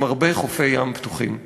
עם הרבה חופי ים פתוחים.